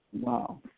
Wow